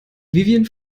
vivien